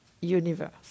universe